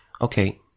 okay